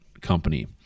company